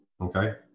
Okay